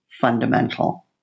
fundamental